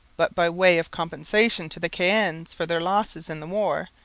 but, by way of compensation to the caens for their losses in the war,